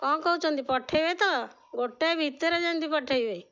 କ'ଣ କହୁଛନ୍ତି ପଠେଇବେ ତ ଗୋଟାଏ ଭିତରେ ଯେମତି ପଠେଇବେ